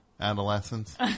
adolescence